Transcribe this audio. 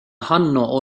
hanno